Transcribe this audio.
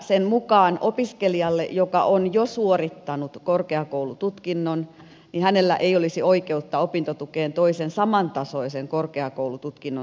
sen mukaan opiskelijalla joka on jo suorittanut korkeakoulututkinnon ei olisi oikeutta opintotukeen toisen samantasoisen korkeakoulututkinnon suorittamiseksi